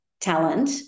talent